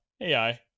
AI